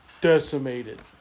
decimated